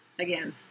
Again